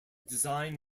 design